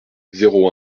zéro